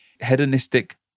hedonistic